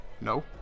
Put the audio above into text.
No